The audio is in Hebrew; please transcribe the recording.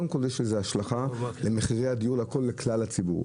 קודם כל יש לזה השלכה למחירי הדיור לכלל הציבור,